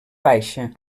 baixa